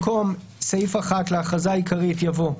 תקנה 1 במקום סעיף 1 להכרזה העיקרית יבוא: